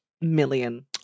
million